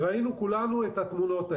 כמו שראינו כולנו בתמונות.